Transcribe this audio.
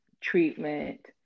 treatment